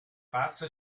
pazzo